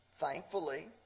Thankfully